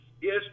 yes